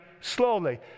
slowly